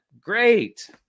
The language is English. great